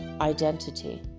identity